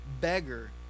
beggar